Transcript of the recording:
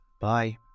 Bye